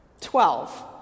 Twelve